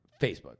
facebook